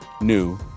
new